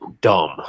dumb